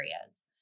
areas